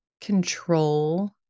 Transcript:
control